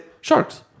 sharks